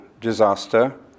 disaster